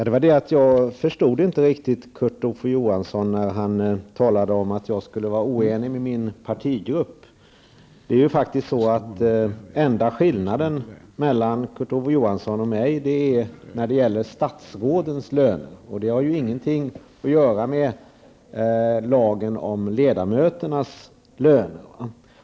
Herr talman! Jag förstod inte riktigt vad Kurt Ove Johansson menade när han sade att jag skulle vara oenig med min partigrupp. Den enda skillnaden mellan Kurt Ove Johansson och mig är ju faktiskt våra åsikter gällande statsrådens löner, som inte har någonting att göra med lagen om ledamöternas löner.